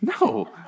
no